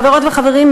חברות וחברים,